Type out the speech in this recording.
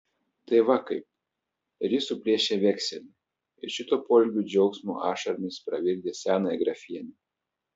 tai va kaip ir jis suplėšė vekselį ir šituo poelgiu džiaugsmo ašaromis pravirkdė senąją grafienę